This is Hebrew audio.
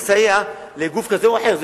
לסייע לגוף כזה או אחר.